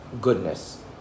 goodness